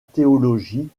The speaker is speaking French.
théologie